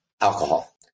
alcohol